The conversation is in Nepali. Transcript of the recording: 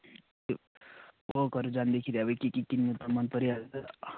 वकहरू जाँदाखेरि अब के के किन्नु त मन परिहाल्छ